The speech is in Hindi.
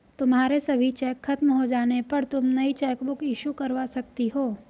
तुम्हारे सभी चेक खत्म हो जाने पर तुम नई चेकबुक इशू करवा सकती हो